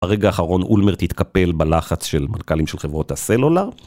ברגע האחרון אולמר תתקפל בלחץ של מלכלים של חברות הסלולר.